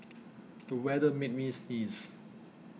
the weather made me sneeze